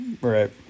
Right